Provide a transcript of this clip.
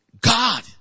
God